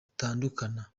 utandukana